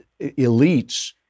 elites